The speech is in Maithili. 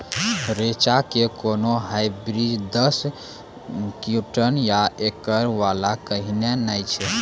रेचा के कोनो हाइब्रिड दस क्विंटल या एकरऽ वाला कहिने नैय छै?